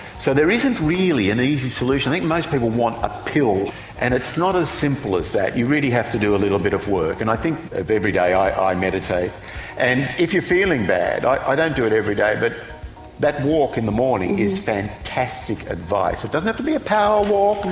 so there isn't really an easy solution, i think most people want a pill and it's not as simple as that, you really have to do a little bit of work and i think every day i meditate and if you're feeling bad, i don't do it every day, but that walk in the morning is fantastic advice. it doesn't have to be a power walk,